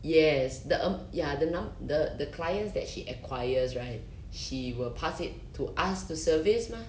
yes the um ya the num~ the the clients that she acquires right she will pass it to us to service mah